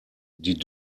die